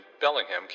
Bellingham